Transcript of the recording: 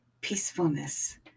peacefulness